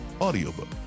audiobook